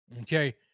Okay